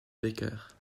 becker